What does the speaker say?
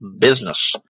business